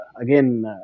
again